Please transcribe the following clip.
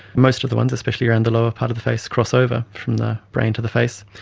most of the ones, especially around the lower part of the face crossover from the brain to the face.